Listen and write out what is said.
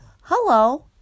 hello